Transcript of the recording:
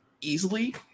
easily